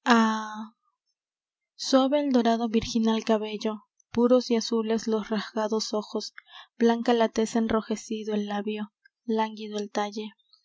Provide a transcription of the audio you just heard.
el dorado virginal cabello puros y azules los rasgados ojos blanca la tez enrojecido el labio lánguido el talle